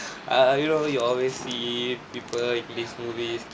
err you know you always see people in these movies